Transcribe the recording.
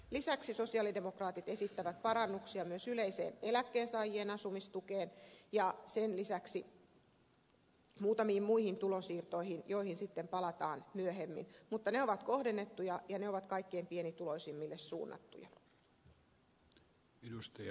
lisäksi sosialidemokraatit esittävät parannuksia myös yleiseen eläkkeensaajien asumistukeen ja sen lisäksi muutamiin muihin tulonsiirtoihin joihin sitten palataan myöhemmin mutta ne ovat kohdennettuja ja ne ovat kaikkein pienituloisimmille suunnattuja